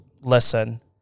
listen